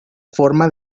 forma